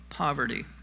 poverty